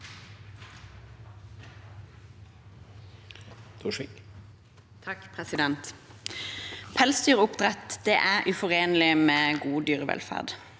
Pels- dyroppdrett er uforenelig med god dyrevelferd.